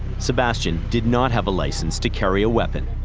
sebastian did not have a license to carry a weapon.